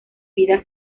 vida